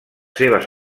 seves